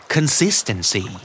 Consistency